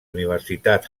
universitat